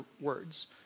words